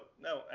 no